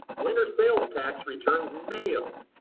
when are sales tax returns mailed?